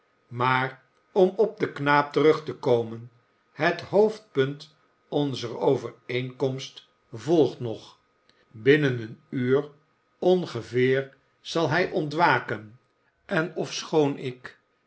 maar om op den knaap terug te komen het hoofdpunt onzer overeenkomst volgt nog binnen een uur ongeveer zal hij ontwaken en ofschoon ik